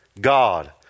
God